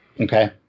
Okay